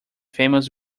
famous